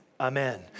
Amen